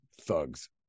thugs